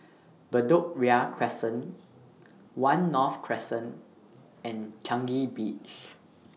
Bedok Ria Crescent one North Crescent and Changi Beach